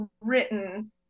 written